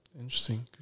Interesting